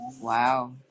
wow